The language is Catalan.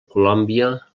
colòmbia